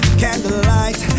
candlelight